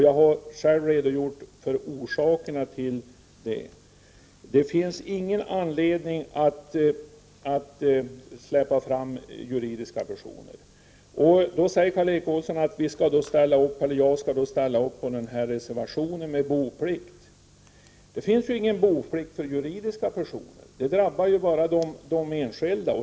Jag har själv redogjort för orsakerna till detta. Det finns ingen anledning att släppa fram juridiska personer. Karl Erik Olsson anser att jag skall ställa upp på reservationen om boplikt. Det finns ingen boplikt för juridiska personer. Det drabbar bara de enskilda.